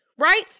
Right